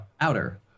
outer